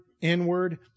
inward